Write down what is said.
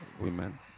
women